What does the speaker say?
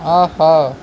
ஆஹா